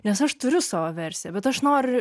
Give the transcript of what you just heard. nes aš turiu savo versiją bet aš noriu